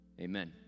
amen